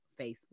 Facebook